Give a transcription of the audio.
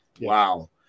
Wow